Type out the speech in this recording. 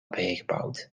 bijgebouwd